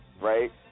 Right